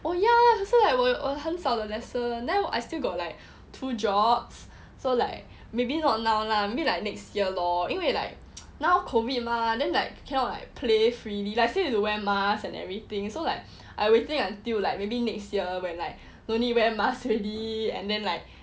oh ya 很少的 lesson I still got like two jobs so like maybe not now lah maybe like next year lor 因为 like now COVID mah then like cannot like play freely like still need to wear masks and everything so like I waiting until like maybe next year when like don't need wear masks already and then like